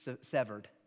severed